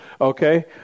Okay